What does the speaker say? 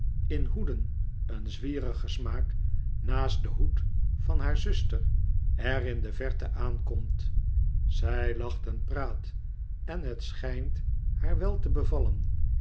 in hoeden een zwierigen smaak naast den hoed van haar zuster er in de verte aankomt zij lacht en praat en het schijnt haar wel te bevallen